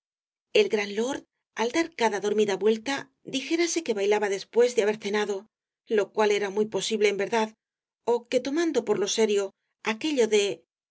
castro lord al dar cada dormida vuelta dijérase que bailaba después de haber cenado lo cual era muy posible en verdad ó que tomando por lo serio aquello de